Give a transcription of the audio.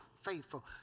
faithful